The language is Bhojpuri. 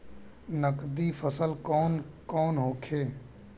नकदी फसल कौन कौनहोखे?